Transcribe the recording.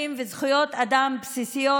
אזרחים וזכויות אדם בסיסיות.